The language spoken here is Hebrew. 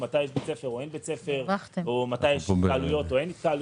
מתי יש בית ספר או אין בית ספר או מתי יש התקהלויות או אין התקהלויות.